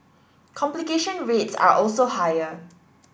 complication rates are also higher